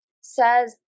says